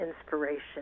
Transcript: inspiration